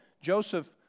Joseph